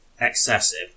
excessive